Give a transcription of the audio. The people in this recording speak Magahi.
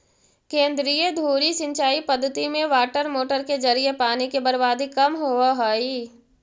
केंद्रीय धुरी सिंचाई पद्धति में वाटरमोटर के जरिए पानी के बर्बादी कम होवऽ हइ